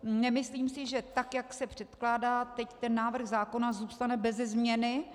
Nemyslím si, že tak jak se předkládá teď ten návrh zákona, zůstane beze změny.